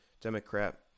Democrat